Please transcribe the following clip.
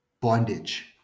bondage